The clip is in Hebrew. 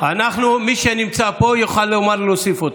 מי שנמצא פה יוכל לומר ונוסיף אותו.